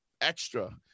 extra